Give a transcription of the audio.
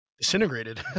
disintegrated